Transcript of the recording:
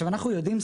אנחנו יודעים,